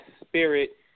spirit